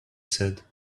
said